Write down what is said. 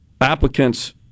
applicants